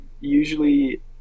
usually